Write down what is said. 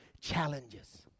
challenges